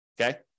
okay